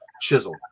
chisel